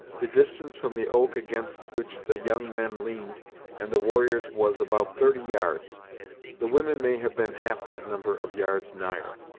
the distance from the oak against which the young men leaned and the warriors was about thirty yards the women may have been half that number of yards nigher.